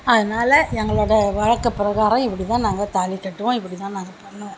அதனால எங்களோட வழக்கப்பிரகாரம் இப்படிதான் நாங்கள் தாலி கட்டுவோம் இப்படிதான் நாங்கள் பண்ணுவோம்